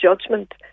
judgment